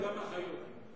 וגם אחיות.